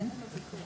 אין על זה ויכוח.